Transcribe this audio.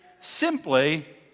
simply